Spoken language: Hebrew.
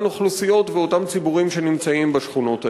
אוכלוסיות ואותם ציבורים שנמצאים בשכונות האלה.